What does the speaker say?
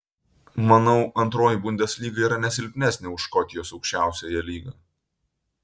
manau antroji bundeslyga yra ne silpnesnė už škotijos aukščiausiąją lygą